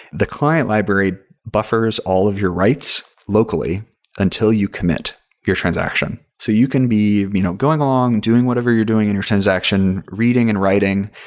the client library buffers all of your writes locally until you commit your transaction. so, you can be you know going along, doing whatever you're doing in your transaction, reading and writing,